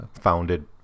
founded